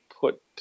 put